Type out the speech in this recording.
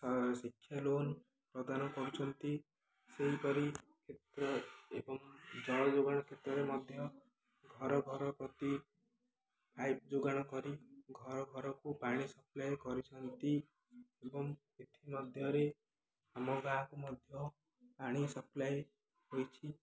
ଶିକ୍ଷା ଲୋନ୍ ପ୍ରଦାନ କରୁଛନ୍ତି ସେହିପରି କ୍ଷେତ୍ର ଏବଂ ଜଳ ଯୋଗାଣ କ୍ଷେତ୍ରରେ ମଧ୍ୟ ଘର ଘର ପ୍ରତି ପାଇପ୍ ଯୋଗାଣ କରି ଘର ଘରକୁ ପାଣି ସପ୍ଲାଏ କରିଛନ୍ତି ଏବଂ ଏଥିମଧ୍ୟରେ ଆମ ଗାଁକୁ ମଧ୍ୟ ପାଣି ସପ୍ଲାଏ ହୋଇଛି